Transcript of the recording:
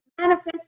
manifest